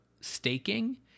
staking